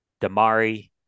Damari